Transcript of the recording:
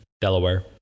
Delaware